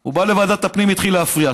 הוא בא לוועדת הפנים, התחיל להפריע.